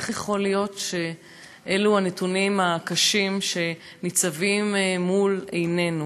איך יכול להיות שאלו הנתונים הקשים שניצבים מול עינינו?